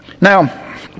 Now